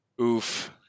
Oof